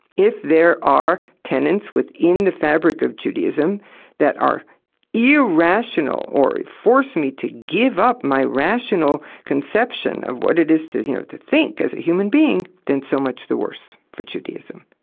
if there are tenets within the fabric of judaism that are irrational, or force me to give up my rational conception of what it is to you know to think as a human being, then so much the worse for judaism.